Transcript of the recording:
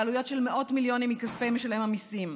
בעלויות של מאות מיליונים מכספי משלם המיסים.